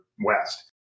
West